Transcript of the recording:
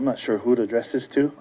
i'm not sure who to address is to